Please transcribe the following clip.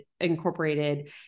incorporated